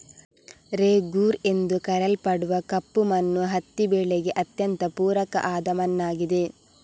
ರೇಗೂರ್ ಎಂದು ಕರೆಯಲ್ಪಡುವ ಕಪ್ಪು ಮಣ್ಣು ಹತ್ತಿ ಬೆಳೆಗೆ ಅತ್ಯಂತ ಪೂರಕ ಆದ ಮಣ್ಣಾಗಿದೆ